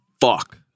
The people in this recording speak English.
fuck